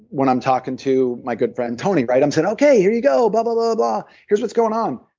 when i'm talking to my good friend tony, right, i'm saying, okay, here you go, bla-bla-bla. here's what's going on.